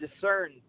discern